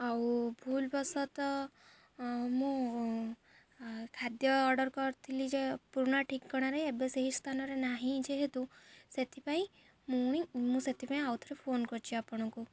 ଆଉ ଭୁଲବଶତଃ ମୁଁ ଖାଦ୍ୟ ଅର୍ଡ଼ର କରିଥିଲି ଯେ ପୁରୁଣା ଠିକଣାରେ ଏବେ ସେହି ସ୍ଥାନରେ ନାହିଁ ଯେହେତୁ ସେଥିପାଇଁ ମୁଣି ମୁଁ ସେଥିପାଇଁ ଆଉଥରେ ଫୋନ କରିଛି ଆପଣଙ୍କୁ